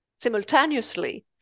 simultaneously